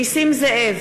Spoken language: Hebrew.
(קוראת בשמות חברי הכנסת)